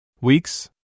Weeks